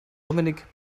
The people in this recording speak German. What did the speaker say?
dominik